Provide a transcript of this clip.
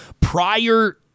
Prior